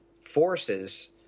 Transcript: forces